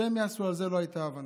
שהם יעשו, על זה לא הייתה הבנה.